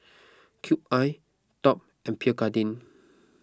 Cube I Top and Pierre Cardin